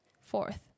Fourth